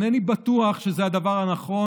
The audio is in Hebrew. אינני בטוח שזה הדבר הנכון.